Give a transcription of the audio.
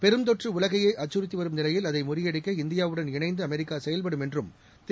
பெருந்தொற்று உலகையே அச்சுறுத்திவரும் நிலையில் அதை முறியடிக்க இந்தியாவுடன் இணைந்து அமெரிக்கா செயல்படும் என்றும் திரு